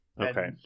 Okay